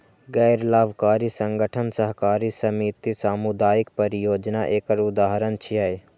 गैर लाभकारी संगठन, सहकारी समिति, सामुदायिक परियोजना एकर उदाहरण छियै